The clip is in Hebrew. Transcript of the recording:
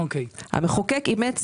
המחוקק אימץ